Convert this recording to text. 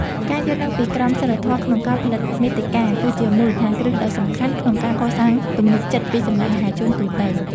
ការយល់ដឹងពីក្រមសីលធម៌ក្នុងការផលិតមាតិកា គឺជាមូលដ្ឋានគ្រឹះដ៏សំខាន់ក្នុងការកសាងទំនុកចិត្តពីសំណាក់មហាជនទូទៅ។